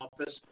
Office